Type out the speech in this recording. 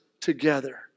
together